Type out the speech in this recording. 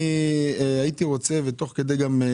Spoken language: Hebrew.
הייתי רוצה לשמוע ותוך כדי זה